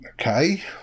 okay